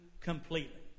completely